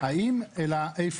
האם השאלה איפה.